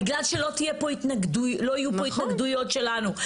בגלל שלא יהיו פה התנגדויות שלנו,